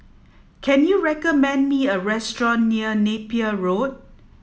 can you recommend me a restaurant near Napier Road